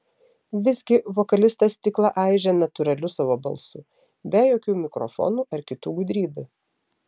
visgi vokalistas stiklą aižė natūraliu savo balsu be jokių mikrofonų ar kitų gudrybių